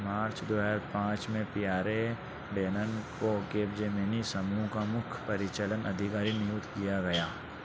मार्च दो हज़ार पाँच में पियारे डैनन को कैपजेमिनी समूह का मुख्य परिचलन अधिकारी नियुक्त किया गया